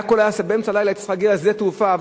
באמצע הלילה הייתי צריך להגיע לשדה התעופה.